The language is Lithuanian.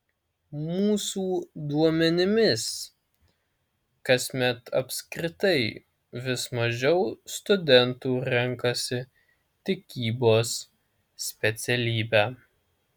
mūsų duomenimis kasmet apskritai vis mažiau studentų renkasi tikybos specialybę